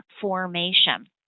formation